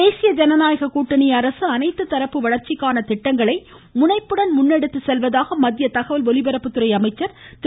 தேசிய ஜனநாயக கூட்டணி அரசு அனைத்து தரப்பு வளர்ச்சிக்கான திட்டங்களை முனைப்புடன் முன்னெடுத்து செல்வதாக மத்திய தகவல் ஒலிபரப்புத்துறை அமைச்சர் திரு